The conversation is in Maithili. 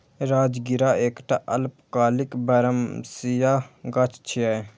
राजगिरा एकटा अल्पकालिक बरमसिया गाछ छियै